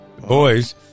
Boys